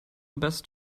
best